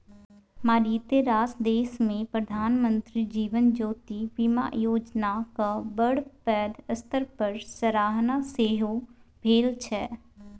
मारिते रास देशमे प्रधानमंत्री जीवन ज्योति बीमा योजनाक बड़ पैघ स्तर पर सराहना सेहो भेल छै